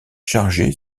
chargé